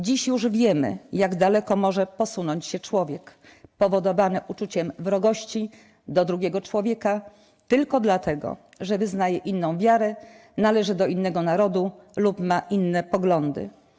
Dziś już wiemy, jak daleko może posunąć się człowiek powodowany uczuciem wrogości do drugiego człowieka tylko dlatego, że wyznaje inną wiarę, należy do innego narodu lub ma inne poglądy.